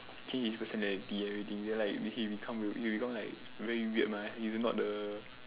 change his personality everything then like he become he'll become like very weird mah he's not the